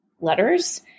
letters